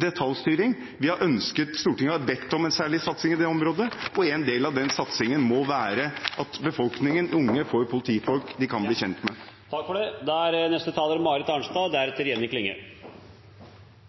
detaljstyring. Stortinget har bedt om en særlig satsing i det området. En del av den satsingen må være at befolkningen, de unge, får politifolk de kan bli kjent med. Jeg synes denne debatten er